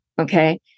Okay